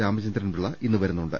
രാമ ചന്ദ്രൻപിള്ള ഇന്നു വരുന്നുണ്ട്